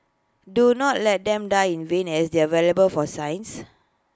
do not let them die in vain as they are valuable for science